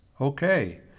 Okay